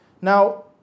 Now